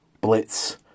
blitz